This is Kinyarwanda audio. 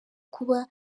kuba